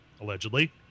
Allegedly